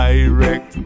Direct